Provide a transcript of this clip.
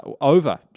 over